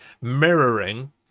mirroring